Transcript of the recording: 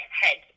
head